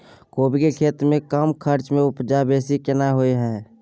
कोबी के खेती में कम खर्च में उपजा बेसी केना होय है?